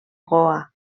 goa